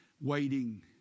Waiting